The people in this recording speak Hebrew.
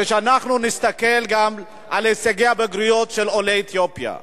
אנחנו נסתכל גם על הישגי הבגרויות של עולי אתיופיה.